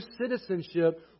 citizenship